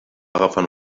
agafant